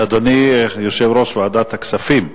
אדוני יושב-ראש ועדת הכספים,